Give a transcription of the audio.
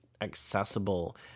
accessible